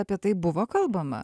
apie tai buvo kalbama